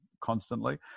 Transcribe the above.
constantly